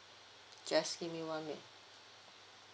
just give me one minute